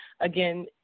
again